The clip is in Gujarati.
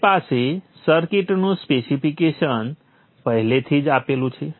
તમારી પાસે સર્કિટનું સ્પેસિફિકેશન પહેલાથી જ આપેલું છે